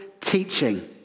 teaching